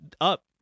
up